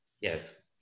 Yes